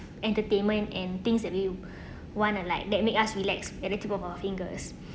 entertainment and things that we want a like that make us relax elliptical of our fingers